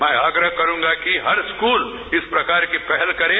मैं आग्रह करूंगा कि हर स्कूल इस प्रकार की पहल करे